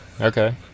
Okay